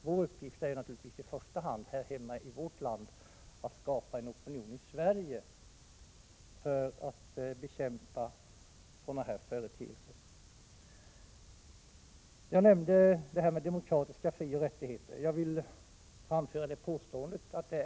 Vår uppgift, här hemma i vårt land, är givetvis att skapa en opinion i Sverige för att bekämpa sådana här företeelser. Jag nämnde demokratiska frioch rättigheter.